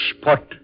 spot